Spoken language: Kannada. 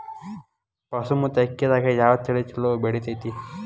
ಬಾಸುಮತಿ ಅಕ್ಕಿದಾಗ ಯಾವ ತಳಿ ಛಲೋ ಬೆಳಿತೈತಿ?